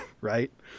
right